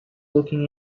looking